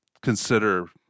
consider